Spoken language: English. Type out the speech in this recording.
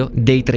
ah de de